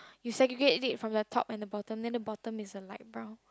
you segregate it from the top and bottom then the bottom is a light brown